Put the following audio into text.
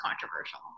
controversial